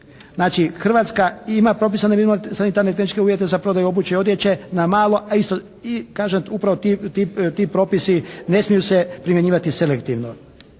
Znači Hrvatska ima propisane sanitarne uvjete za prodaju obuće i odjeće na malo. A isto, kažem upravo ti propisi ne smiju se primjenjivati selektivno.